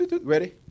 Ready